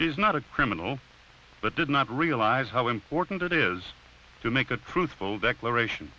is not a criminal but did not realize how important it is to make a truthful declaration